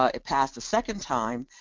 ah it passed a second time,